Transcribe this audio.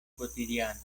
quotidiana